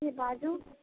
के बाजू